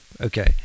okay